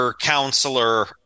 counselor